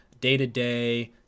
day-to-day